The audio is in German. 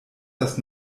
das